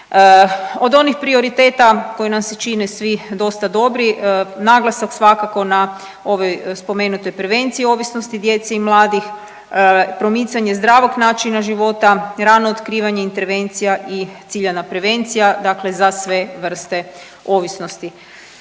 Od onih prioriteta koji nam se čine svi dosta dobri naglasak svakako na ove spomenute prevencije ovisnosti djece i mladih, promicanje zdravog načina života, rano otkrivanje intervencija i ciljana prevencija, dakle sve vrste ovisnosti.